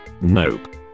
Nope